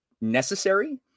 necessary